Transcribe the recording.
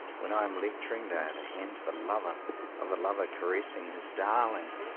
when i am lectur ing they are the hands of a lover of a lover caressing his darling!